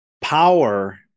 power